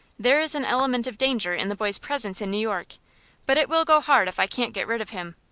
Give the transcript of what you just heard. there is an element of danger in the boy's presence in new york but it will go hard if i can't get rid of him!